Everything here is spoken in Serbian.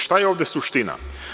Šta je ovde suština?